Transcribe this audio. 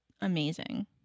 amazing